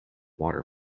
water